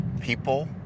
people